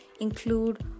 include